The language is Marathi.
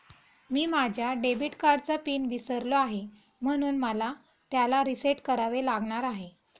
मी माझ्या डेबिट कार्डचा पिन विसरलो आहे म्हणून मला त्याला रीसेट करावे लागणार आहे